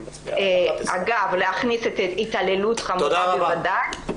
אגב, להכניס התעללות חמורה, בוודאי.